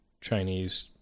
Chinese